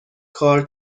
کار